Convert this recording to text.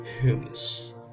Humans